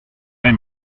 vrai